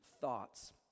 thoughts